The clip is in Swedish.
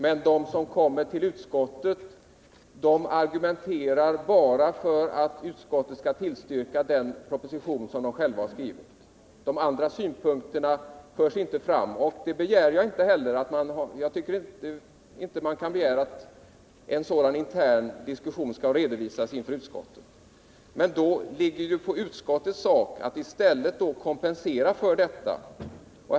Men de som kommer till utskottet argumenterar bara för att utskottet skall tillstyrka den proposition som de själva har skrivit. De andra synpunkterna förs inte fram. Jag tycker inte heller att man kan begära att en sådan intern diskussion skall redovisas inför utskottet. Men då är det utskottets sak att kompensera detta.